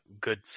good